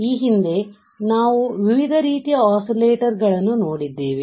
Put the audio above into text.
ಈ ಹಿಂದೆ ನಾವು ವಿವಿಧ ರೀತಿಯ ಒಸ್ಸಿಲೇಟರ್ಗಳನ್ನು ನೋಡಿದ್ದೇವೆ